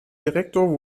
direktor